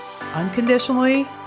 unconditionally